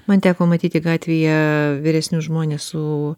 man teko matyti gatvėje vyresnius žmones su